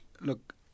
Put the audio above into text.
Look